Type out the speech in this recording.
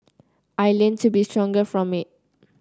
I learnt to be stronger from it